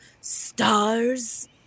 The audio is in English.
Stars